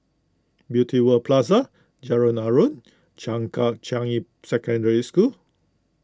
Beauty World Plaza Jalan Aruan Changkat Changi Secondary School